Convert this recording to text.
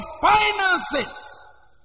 finances